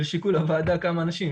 לשיקול הוועדה כמה אנשים.